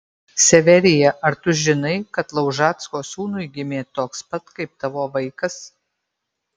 severija ar tu žinai kad laužacko sūnui gimė toks pat kaip tavo vaikas